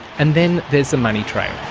and then, there's the money trail.